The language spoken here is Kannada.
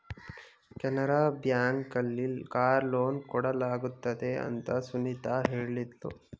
ಕೆನರಾ ಬ್ಯಾಂಕ್ ಅಲ್ಲಿ ಕಾರ್ ಲೋನ್ ಕೊಡಲಾಗುತ್ತದೆ ಅಂತ ಸುನಿತಾ ಹೇಳಿದ್ಲು